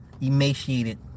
emaciated